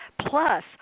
Plus